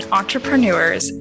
entrepreneurs